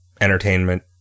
entertainment